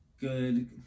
good